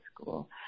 school